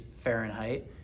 Fahrenheit